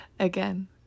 Again